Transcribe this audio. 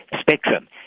spectrum